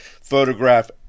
photograph